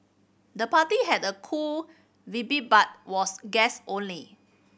the party had a cool but was guest only